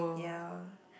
ya